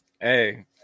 Hey